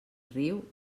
riu